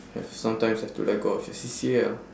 have to sometimes have to let go of your C_C_A ah